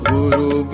Guru